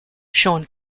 shawn